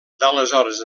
d’aleshores